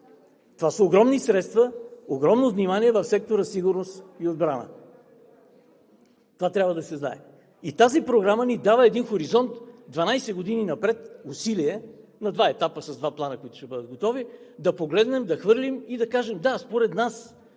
Това са огромни средства, огромно внимание в сектор „Сигурност и отбрана“. Това трябва да се знае. Тази програма ни дава един хоризонт 12 години напред, усилия на два етапа с два плана, които ще бъдат готови, да погледнем, да хвърлим и да кажем – да, според нас,